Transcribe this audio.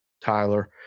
Tyler